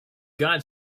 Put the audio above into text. got